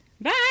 Bye